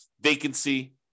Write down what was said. vacancy